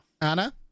Anna